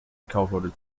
kaufleute